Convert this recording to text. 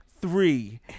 three